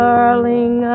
Darling